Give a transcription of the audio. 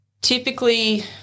typically